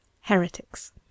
HERETICS